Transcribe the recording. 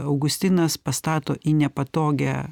augustinas pastato į nepatogią